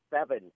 seven